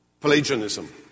Pelagianism